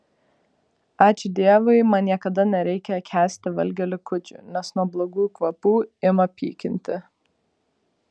ačiū dievui man niekada nereikia kęsti valgio likučių nes nuo blogų kvapų ima pykinti